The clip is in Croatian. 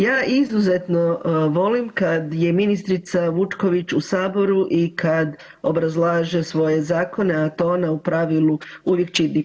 Ja izuzetno volim kada je ministrica Vučković u Saboru i kada obrazlaže svoje zakone, a to ona u pravilu uvijek čini.